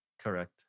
Correct